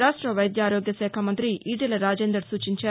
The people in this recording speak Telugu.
రాష్ట వైద్య ఆరోగ్యశాఖ మంతి ఈటెల రాజేందర్ సూచించారు